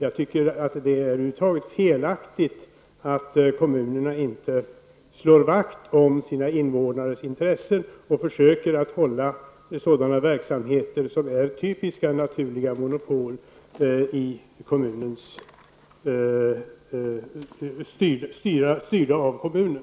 Det är över huvud taget felaktigt att kommunerna inte slår vakt om invånarnas intressen och försöker att behålla sådana verksamheter som är typiska naturliga monopol i kommunens ägo och styrda av kommunen.